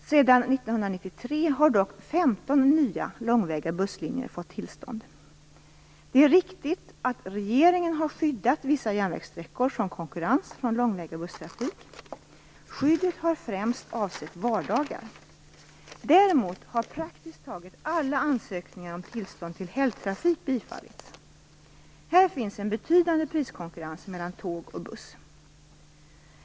Sedan 1993 har dock 15 nya långväga busslinjer fått tillstånd. Det är riktigt att regeringen har skyddat vissa järnvägssträckor från konkurrens från långväga busstrafik. Skyddet har främst avsett vardagar. Däremot har praktiskt taget alla ansökningar om tillstånd till helgtrafik bifallits. Här finns en betydande priskonkurrens mellan tåg och buss.